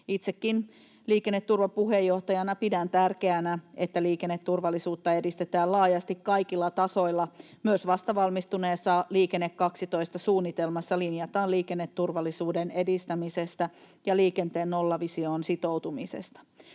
Itsekin Liikenneturvan puheenjohtajana pidän tärkeänä, että liikenneturvallisuutta edistetään laajasti kaikilla tasoilla. Myös vastavalmistuneessa Liikenne 12 ‑suunnitelmassa linjataan liikenneturvallisuuden edistämisestä ja liikenteen nollavisioon sitoutumisesta.